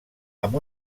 amb